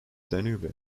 danube